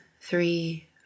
three